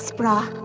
brah.